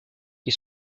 ils